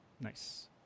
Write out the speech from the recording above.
Nice